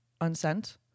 unsent